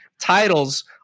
titles